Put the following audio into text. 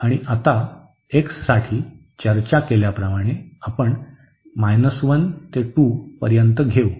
आणि आता x साठी चर्चा केल्याप्रमाणे आपण 1 ते 2 पर्यंत घेऊ